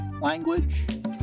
language